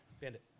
Bandit